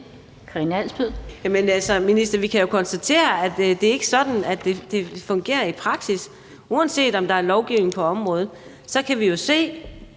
Karina Adsbøl.